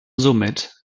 somit